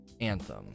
Anthem